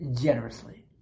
generously